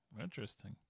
Interesting